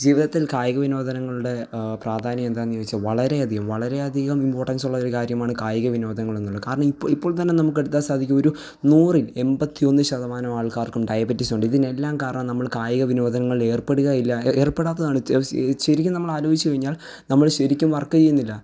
ജീവിതത്തില് കായിക വിനോദങ്ങളുടെ പ്രാധാന്യം എന്താണെന്ന് ചോദിച്ചാൽ വളരെയധികം വളരെയധികം ഇമ്പോട്ടന്സ് ഉള്ള ഒരു കാര്യമാണ് കായിക വിനോദങ്ങൾ എന്നുള്ളത് കാരണം ഇപ്പോൾ ഇപ്പോള്തന്നെ നമുക്ക് എടുത്താൽ സാധിക്കും ഒരു നൂറില് എൺപത്തി ഒന്ന് ശതമാനവും ആള്ക്കാര്ക്കും ഡയബറ്റിസ് ഉണ്ട് ഇതിനെല്ലാം കാരണം നമ്മള് കായിക വിനോദങ്ങളില് ഏര്പ്പെടുകയില്ല എ ഏര്പ്പെടാത്തതാണ് ത സീ ശെരിക്കും നമ്മളാലോചിച്ച് കഴിഞ്ഞാൽ നമ്മള് ശെരിക്കും വര്ക്ക് ചെയ്യുന്നില്ല